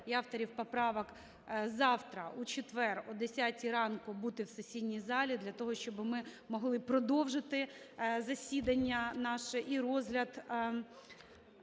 і авторів поправок завтра у четвер о 10-й ранку бути в сесійній залі для того, щоби ми могли продовжити засідання наше і розгляд